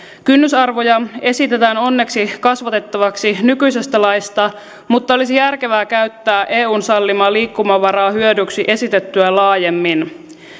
kynnysarvoja esitetään onneksi kasvatettavaksi nykyisestä laista mutta olisi järkevää käyttää eun sallimaa liikkumavaraa hyödyksi esitettyä laajemmin